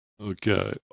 Okay